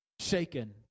shaken